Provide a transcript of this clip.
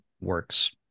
works